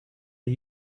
are